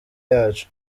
yacu